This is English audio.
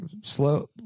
slow